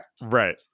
right